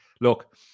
Look